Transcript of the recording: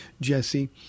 Jesse